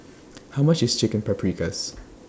How much IS Chicken Paprikas